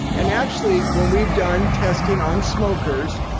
and actually, when we've done testing on smokers,